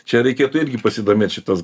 čia reikėtų irgi pasidomėt šitas